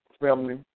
family